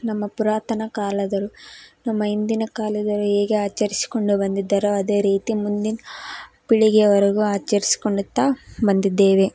ನಮ್ಮ ಪುರಾತನ ಕಾಲದವರು ನಮ್ಮ ಹಿಂದಿನ ಕಾಲದವರು ಹೇಗೆ ಆಚರಿಸ್ಕೊಂಡು ಬಂದಿದ್ದಾರೋ ಅದೇ ರೀತಿ ಮುಂದಿನ ಪೀಳಿಗೆವರೆಗೂ ಆಚರಿಸ್ಕೊಳ್ಳುತ್ತಾ ಬಂದಿದ್ದೇವೆ